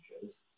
shows